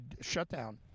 shutdown